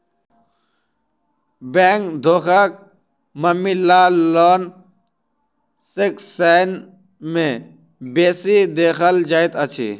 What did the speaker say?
bank धोखाक मामिला loan section मे बेसी देखल जाइत अछि